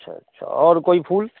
अच्छा अच्छा और कोई फूल